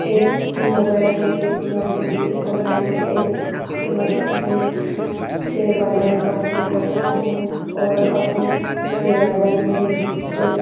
app mobile के माध्यम से ऑनलाइन एप के माध्यम से सेयर बाज़ार का उपयोग कर सकते हैं और अब सेयर बाज़ार में जब